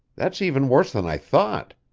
that's even worse than i thought.